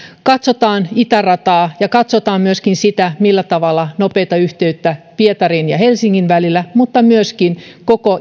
katsotaan itärataa ja katsotaan myöskin sitä millä tavalla saadaan nopeutettua nopeaa yhteyttä pietarin ja helsingin välillä mutta myöskin rataa koko